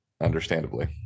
understandably